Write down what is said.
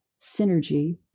Synergy